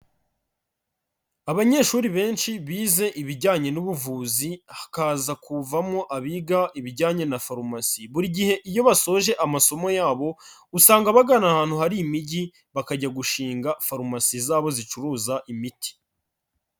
Abanyeshuri benshi bize ibijyanye n'ubuvuzi, hakaza kuvamo abiga ibijyanye na farumasi, buri gihe iyo basoje amasomo yabo, usanga bagana ahantu hari imijyi bakajya gushinga farumasi zabo zicuruza imiti.